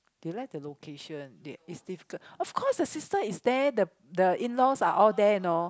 they like the location they it's difficult of course the sister is there the the in laws are all there you know